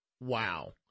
Wow